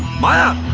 maya,